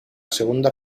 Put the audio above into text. segunda